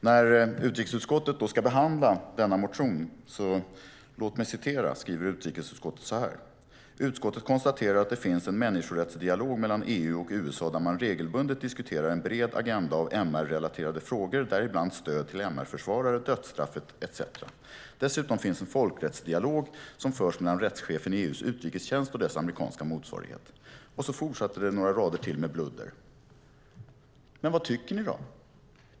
När utrikesutskottet ska behandla denna motion skriver utrikesutskottet så här: "Utskottet konstaterar att det finns en människorättsdialog mellan EU och USA där man regelbundet diskuterar en bred agenda av MR-relaterade frågor, däribland stöd till MR-försvarare, dödsstraffet, etc. Dessutom finns en folkrättsdialog som förs mellan rättschefen i EU:s utrikestjänst och dess amerikanska motsvarighet." Sedan fortsätter det några rader till med bludder. Men vad tycker ni då?